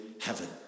heaven